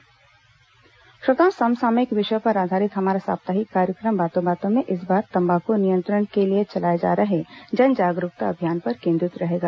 बातों बातों में श्रोताओं समसामयिक विषयों पर आधारित हमारा साप्ताहिक कार्यक्रम बातों बातों में इस बार तम्बाकू नियंत्रण के लिए चलाए जा रहे जन जागरूकता अभियान पर केंद्रित रहेगा